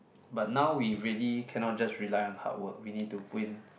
but now we really cannot just rely on hardwork we need to put in